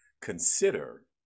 consider